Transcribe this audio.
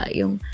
yung